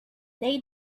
they